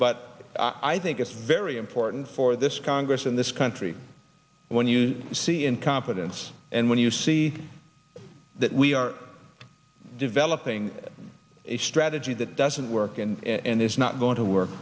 but i think it's very important for this congress in this country when you see incompetence and when you see that we are developing a strategy that doesn't work and is not going to w